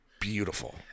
beautiful